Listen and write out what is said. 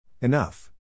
Enough